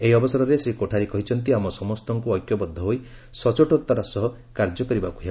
ଏହି ଅବସରରେ ଶ୍ରୀ କୋଠାରୀ କହିଚ୍ଚନ୍ତି ଆମ ସମସ୍ତଙ୍କୁ ଐକ୍ୟବଦ୍ଧ ହୋଇ ସଚ୍ଚୋଟତାର ସହ କାର୍ଯ୍ୟ କରିବାକୁ ହେବ